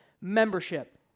membership